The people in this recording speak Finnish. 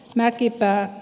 mäkipää